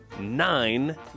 nine